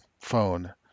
phone